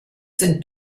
sind